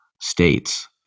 states